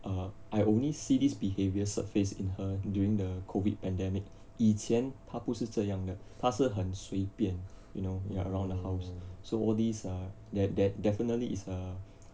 err I only see this behaviour surface in her during the COVID pandemic 以前他不是这样的他是很随便 you know ya around the house so all these ah that that definitely is err